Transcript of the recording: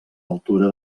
altura